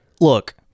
look